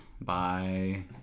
Bye